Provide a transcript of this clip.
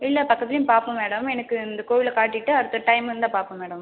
இல்லை பக்கத்துலேயும் பார்ப்போம் மேடம் எனக்கு இந்த கோவில காட்டிட்டு அடுத்து டைம் இருந்தால் பார்ப்போம் மேடம்